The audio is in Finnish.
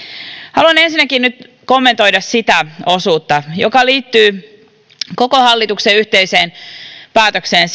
haluan ensinnäkin nyt kommentoida sitä osuutta joka liittyy koko hallituksen yhteiseen päätökseen